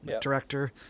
director